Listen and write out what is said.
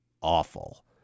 awful